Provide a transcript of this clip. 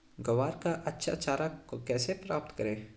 ग्वार का अच्छा चारा कैसे प्राप्त करें?